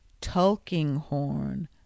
Tulkinghorn